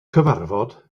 cyfarfod